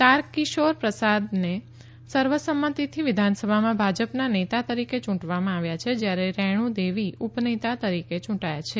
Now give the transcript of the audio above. તારકિશોર પ્રસાદને સર્વ સંમતીથી વિધાનસભામાં ભાજપના નેતા તરીકે યુ વામાં આવ્ય છે જયારે રેણુ દેવી ઉપનેતા તરીકે યું ાયા છે